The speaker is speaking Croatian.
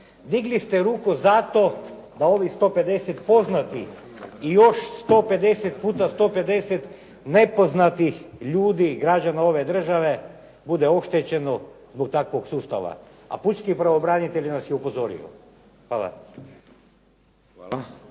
digli ste ruku za to da ovih 150 poznatih i još 150 puta 150 nepoznatih ljudi građana ove države bude oštećeno zbog takvog sustava a pučki pravobranitelj vas je upozorio. Hvala.